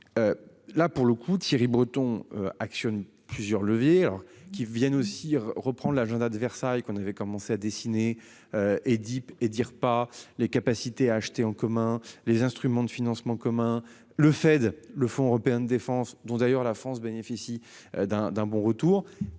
Là pour le coup, Thierry Breton actionner plusieurs leviers alors qu'ils viennent aussi reprend l'agenda de Versailles qu'on avait commencé à dessiner. Et Dieppe et dire pas les capacités à acheter en commun les instruments de financement commun le Fed le Fonds européen de défense dont d'ailleurs la France bénéficie d'un d'un bon retour